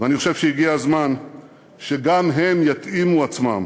אני חושב שהגיע הזמן שגם הן יתאימו עצמן,